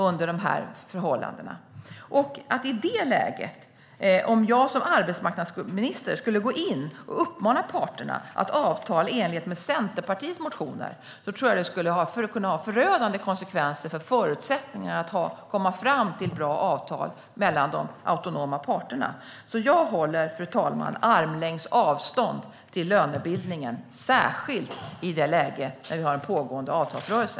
Om jag som arbetsmarknadsminister i det läget skulle gå in och uppmana parterna att avtala i enlighet med Centerpartiets motioner, då tror jag att det skulle kunna få förödande konsekvenser för förutsättningarna att komma fram till bra avtal mellan de autonoma parterna. Jag håller armlängds avstånd till lönebildningen, fru talman, särskilt i det läge då vi har en pågående avtalsrörelse.